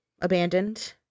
abandoned